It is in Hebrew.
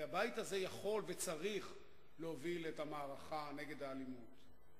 הבית הזה יכול וצריך להוביל את המערכה נגד האלימות.